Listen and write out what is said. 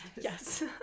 Yes